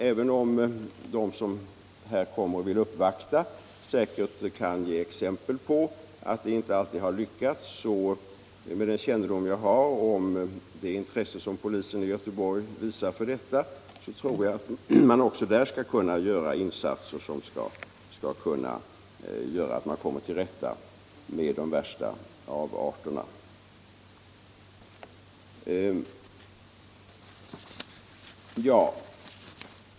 Även om de som kommer och gör uppvaktningar säkerligen kan ge exempel på att detta inte alltid har lett till något resultat, tror jag — med den kännedom jag har om det intresse som polisen i Göteborg visar för saken — att man också där skall kunna komma till rätta med de värsta avarterna.